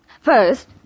First